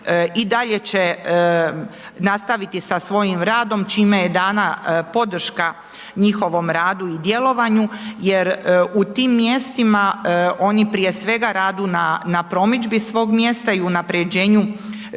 i dalje će nastaviti sa svojim radom čime je dana podrška njihovom radu i djelovanju jer u tim mjestima oni prije svega rade na promidžbi svog mjesta i unaprjeđenju